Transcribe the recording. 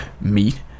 meet